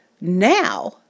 Now